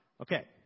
Okay